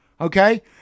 okay